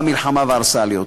באה המלחמה והרסה לי אותו.